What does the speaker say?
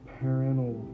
parental